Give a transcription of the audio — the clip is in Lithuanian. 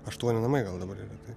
aštuoni namai gal dabar yra tai